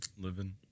living